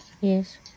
Yes